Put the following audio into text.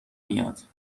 میاد